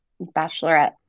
bachelorette